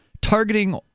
targeting